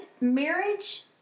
marriage